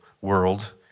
world